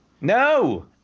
no